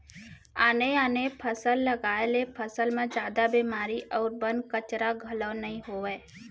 आने आने फसल लगाए ले फसल म जादा बेमारी अउ बन, कचरा घलोक नइ होवय